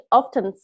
often